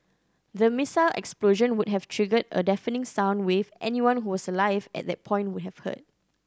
the missile explosion would have triggered a deafening sound wave anyone who was alive at that point would have heard